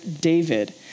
David